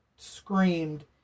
Screamed